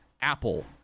apple